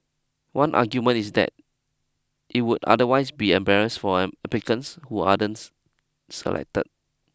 one argument is that it would otherwise be embarrass for an applicants who selected